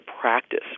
practice